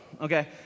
okay